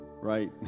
right